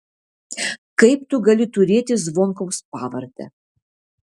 kaip tu gali turėti zvonkaus pavardę